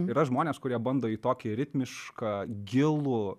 yra žmonės kurie bando į tokį ritmišką gilų